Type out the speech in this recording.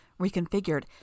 reconfigured